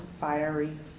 fiery